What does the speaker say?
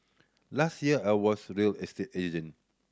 last year I was real estate agent